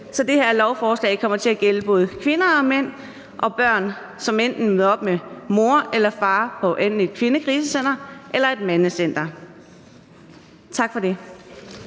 så det her lovforslag kommer til at gælde både kvinder og mænd samt børn, som enten møder op med mor eller far på enten et kvindekrisecenter eller et mandecenter. Tak for det.